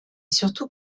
surtout